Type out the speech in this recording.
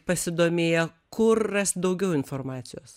pasidomėję kur rast daugiau informacijos